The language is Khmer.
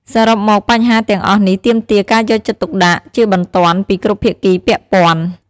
សរុបមក បញ្ហាទាំងអស់នេះទាមទារការយកចិត្តទុកដាក់ជាបន្ទាន់ពីគ្រប់ភាគីពាក់ព័ន្ធ។